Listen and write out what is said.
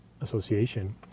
Association